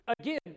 again